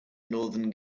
northern